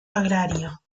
agrario